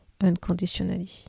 unconditionally